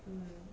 um